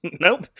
nope